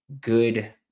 good